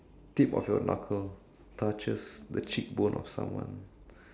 tip of your knuckle touches the cheekbone of someone